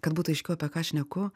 kad būtų aiškiau apie ką šneku